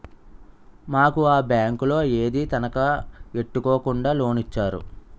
మాకు ఆ బేంకోలు ఏదీ తనఖా ఎట్టుకోకుండా లోనిచ్చేరు